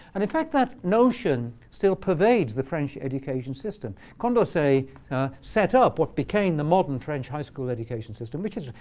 and in fact, that notion still pervades the french education system. condorcet set up what became the modern french high school education system, which is,